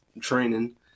training